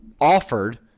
Offered